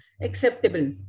acceptable